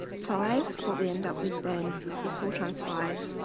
five what we end up with then is four times five?